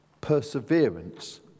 Perseverance